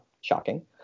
shocking